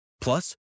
Plus